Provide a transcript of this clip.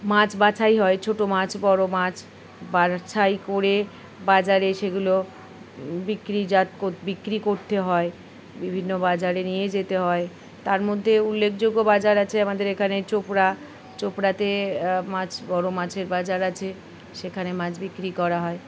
মাছ বাছাই হয় ছোটো মাছ বড়ো মাছ বাছাই করে বাজারে সেগুলো বিক্রিজাত বিক্রি করতে হয় বিভিন্ন বাজারে নিয়ে যেতে হয় তার মধ্যে উল্লেখযোগ্য বাজার আছে আমাদের এখানে চোপড়া চোপড়াতে মাছ বড়ো মাছের বাজার আছে সেখানে মাছ বিক্রি করা হয়